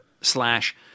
slash